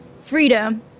freedom